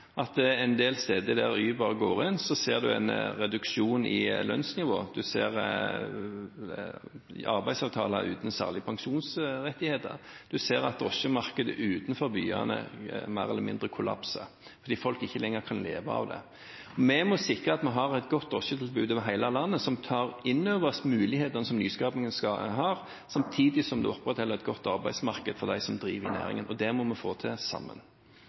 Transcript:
at en del steder der Uber går inn, ser man en reduksjon i lønnsnivå, man ser arbeidsavtaler uten særlig pensjonsrettigheter, og man ser at drosjemarkedet utenfor byene mer eller mindre kollapser fordi folk ikke lenger kan leve av det. Vi må sikre at vi har et godt drosjetilbud over hele landet, at vi tar inn over oss mulighetene som nyskapingen har, samtidig som vi opprettholder et godt arbeidsmarked for dem som driver næringen, og det må vi få til sammen.